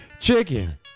Chicken